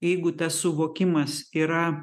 jeigu tas suvokimas yra